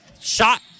Shot